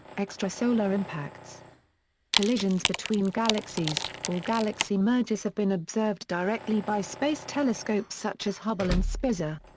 extrasolar impacts collisions between galaxies, or galaxy mergers have been observed directly by space telescopes such as hubble and spitzer.